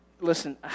listen